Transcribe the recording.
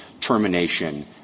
termination